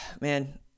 man